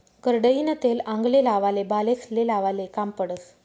करडईनं तेल आंगले लावाले, बालेस्ले लावाले काम पडस